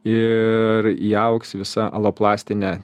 ir įaugs visa aloplastinė